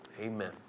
amen